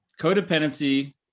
codependency